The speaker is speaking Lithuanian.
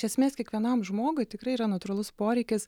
iš esmės kiekvienam žmogui tikrai yra natūralus poreikis